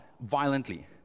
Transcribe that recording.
violently